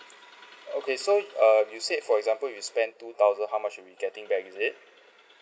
okay so err you said for example you spend two thousand how much you'll be getting back is it